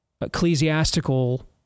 ecclesiastical